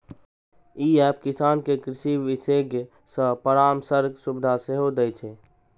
ई app किसान कें कृषि विशेषज्ञ सं परामर्शक सुविधा सेहो दै छै